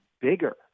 bigger